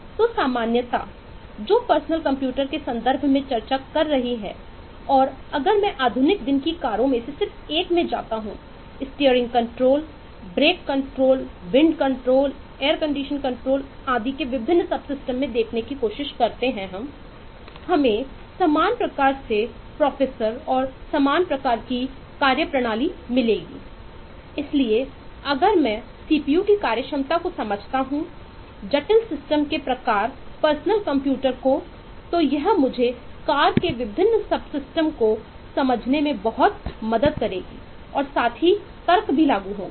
तो सामान्यता जो पर्सनल कंप्यूटर को समझने में बहुत मदद करेगी और साथ ही तर्क भी लागू होंगे